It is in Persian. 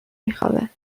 میخوابه